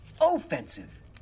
offensive